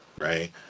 right